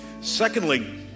Secondly